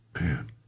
Man